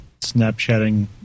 Snapchatting